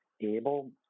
able